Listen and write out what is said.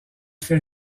fait